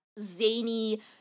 zany